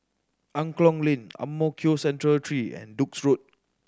Angklong Lane Ang Mo Kio Central Three and Duke's Road